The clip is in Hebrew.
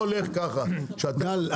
גל,